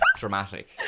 Dramatic